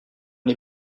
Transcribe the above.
les